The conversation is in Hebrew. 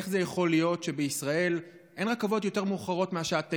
איך זה יכול להיות שבישראל אין רכבות יותר מאוחרות מהשעה 21:30?